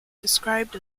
described